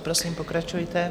Prosím, pokračujte.